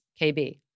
KB